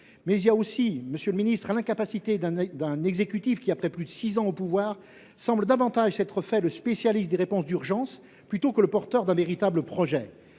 mais aussi, monsieur le ministre, par l’incapacité d’un exécutif, qui, après plus de six ans au pouvoir, semble être davantage le spécialiste des réponses d’urgence que le porteur d’un véritable projet.